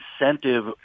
incentive